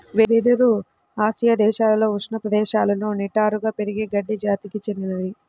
వెదురు ఆసియా దేశాలలో ఉష్ణ ప్రదేశాలలో నిటారుగా పెరిగే గడ్డి జాతికి చెందినది